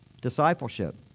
Discipleship